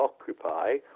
occupy